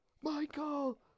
Michael